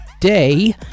Day